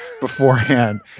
beforehand